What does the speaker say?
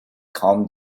calmed